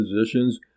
positions